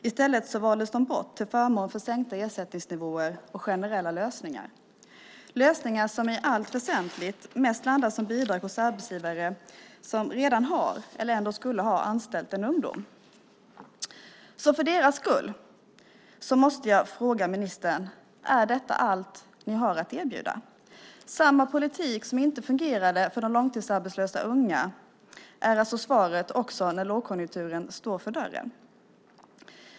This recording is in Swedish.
I stället valdes de bort till förmån för sänkta ersättningsnivåer och generella lösningar, lösningar som i allt väsentligt mest landar som bidrag hos arbetsgivare som redan har eller ändå skulle ha anställt en ung person. För deras skull måste jag fråga ministern: Är detta allt ni har att erbjuda? Samma politik som inte fungerade för de långtidsarbetslösa unga är alltså svaret också när lågkonjunkturen står för dörren.